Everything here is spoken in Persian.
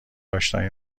آشنایی